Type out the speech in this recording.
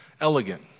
elegant